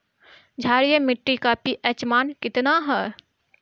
क्षारीय मीट्टी का पी.एच मान कितना ह?